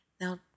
Now